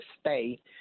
stay